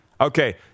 Okay